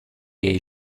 jej